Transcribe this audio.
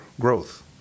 growth